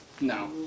no